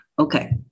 Okay